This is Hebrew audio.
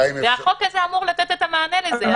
החוק הזה אמור לתת את המענה לזה.